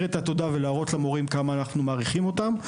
תודה ולהראות למורים כמה אנחנו מעריכים אותם.